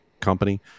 company